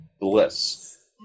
bliss